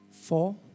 four